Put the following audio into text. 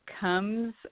comes